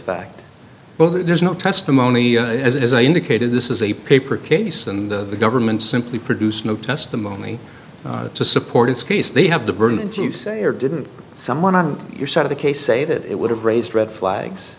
fact well there's no testimony as as i indicated this is a paper case and the government simply produce no testimony to support its case they have the burden to say or didn't someone on your side of the case say that it would have raised red flags